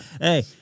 Hey